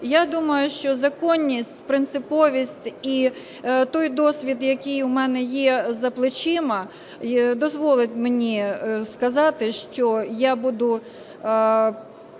я думаю, що законність, принциповість і той досвід, який у мене є за плечима, дозволить мені сказати, що я буду